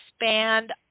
expand